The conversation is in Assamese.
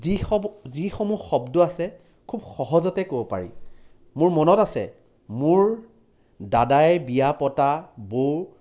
যিসমূ যিসমূহ শব্দ আছে খুব সহজতে ক'ব পাৰি মোৰ মনত আছে মোৰ দাদাই বিয়া পতা বৌ